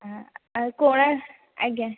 କୋଣାର୍କ ଆଜ୍ଞା